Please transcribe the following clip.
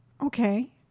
Okay